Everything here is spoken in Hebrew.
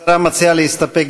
השרה מציעה להסתפק